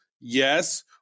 Yes